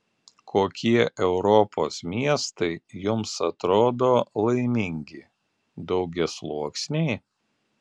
kokie europos miestai jums atrodo laimingi daugiasluoksniai